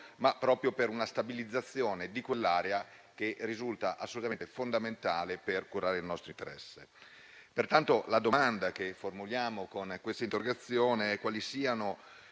ma proprio per una stabilizzazione di quell'area che risulta assolutamente fondamentale per curare il nostro interesse. La domanda che formuliamo con questa interrogazione, pertanto, è quali siano